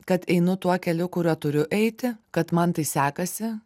kad einu tuo keliu kuriuo turiu eiti kad man tai sekasi